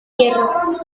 tierras